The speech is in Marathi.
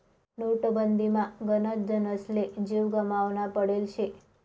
नोटबंदीमा गनच जनसले जीव गमावना पडेल शे